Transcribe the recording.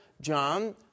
John